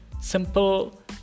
simple